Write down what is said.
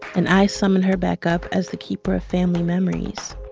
and i summon her back up as the keeper of family memories.